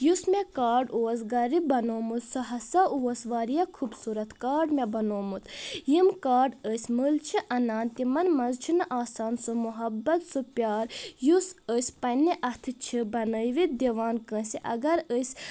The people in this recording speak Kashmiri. یُس مےٚ کاڈ اوس گرِ بنٛوومُت سُہ ہسا اوس واریاہ خوٗبصوٗرت کاڈ مےٚ بنٛوومُت یِم کاڈ أسۍ مٔلۍ چھِ انان تِمن منٛز چھُنہٕ آسان سُہ محبت سُہ پیار یُس أسۍ پننہِ اتھٕ چھِ بنٲوتھ دِوان کٲنٛسہِ اگر أسۍ